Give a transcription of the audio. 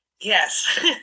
Yes